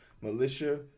militia